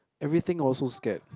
everything also scared